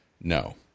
no